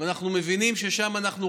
ואנחנו מבינים ששם אנחנו רגישים.